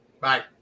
Bye